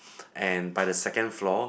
and by the second floor